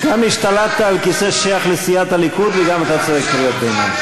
גם השתלטת על כיסא ששייך לסיעת הליכוד וגם אתה צועק קריאות ביניים.